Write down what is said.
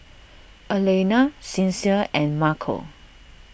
Alayna Sincere and Marco